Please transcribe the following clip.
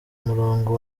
murongo